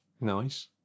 nice